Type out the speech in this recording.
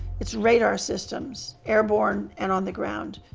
its radar systems, airborne and on the ground.